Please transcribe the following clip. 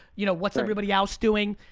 you know what's everybody else doing?